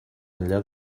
enllà